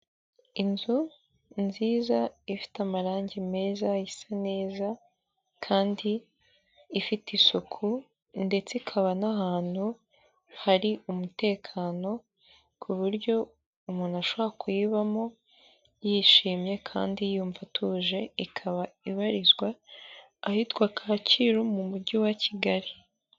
Inzu nziza ifite amarangi meza isa neza kandi ifite isuku ndetse ikaba n'ahantu hari umutekano ku buryo umuntu ashobora kuyibamo yishimye kandi yumva atuje, ikaba ibarizwa ahitwa kacyiru mu mujyi wa kigali.